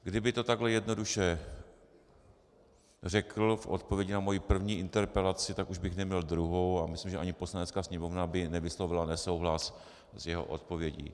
Kdyby to takhle jednoduše řekl v odpovědi na moji první interpelaci, tak už bych neměl druhou a myslím, že ani Poslanecká sněmovna by nevyslovila nesouhlas s jeho odpovědí.